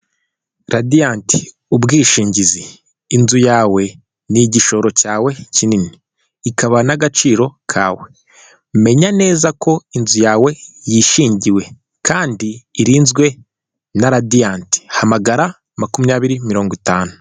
Radiyanti ubwishingizi, inzu yawe ni igishoro cyawe kinini, ikaba n'agaciro kawe, menya neza ko inzu yawe yishingiwe, kandi irinzwe na Radiyanti hamagara makumyabiri mirongo itanu.